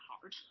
hard